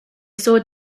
sword